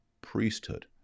priesthood